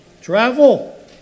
Travel